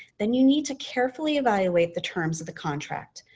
then you need to carefully evaluate the terms of the contract.